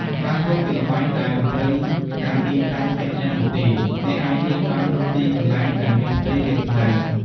ខ្លាឃ្លោកជាល្បែងដែលមិនត្រូវការទីតាំងជាក់លាក់នោះទេអ្នកអាចលេងបានគ្រប់ទីកន្លែងដែលមានផ្ទៃរាបស្មើ។